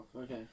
Okay